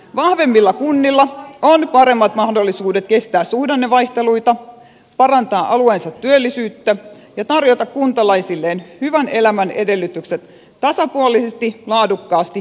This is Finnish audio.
vahvemmilla kunnilla on paremmat mahdollisuudet kestää suhdannevaihteluita parantaa alueensa työllisyyttä ja tarjota kuntalaisilleen hyvän elämän edellytykset tasapuolisesti laadukkaasti ja kattavasti